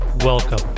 Welcome